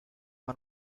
one